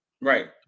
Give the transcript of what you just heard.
Right